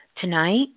Tonight